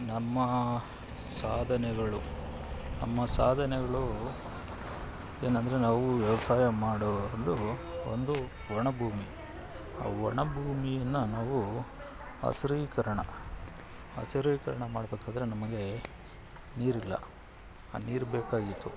ನಮ್ಮ ಸಾಧನೆಗಳು ನಮ್ಮ ಸಾಧನೆಗಳು ಏನೆಂದ್ರೆ ನಾವು ವ್ಯವಸಾಯ ಮಾಡುವ ಒಂದು ಒಂದು ಒಣ ಭೂಮಿ ಆ ಒಣ ಭೂಮಿಯನ್ನು ನಾವು ಹಸಿರೀಕರಣ ಹಸಿರೀಕರಣ ಮಾಡಬೇಕಾದ್ರೆ ನಮಗೆ ನೀರಿಲ್ಲ ಆ ನೀರು ಬೇಕಾಗಿತ್ತು